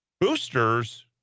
boosters